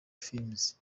films